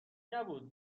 نبود